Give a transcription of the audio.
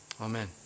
Amen